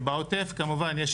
בעוטף כמובן יש